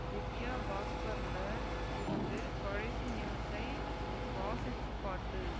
திவ்யா பாஸ்கரில் இருந்து கடைசி நியூஸை வாசிச்சுக் காட்டு